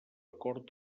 cort